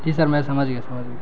جی sir میں سمجھ گیا سمجھ گیا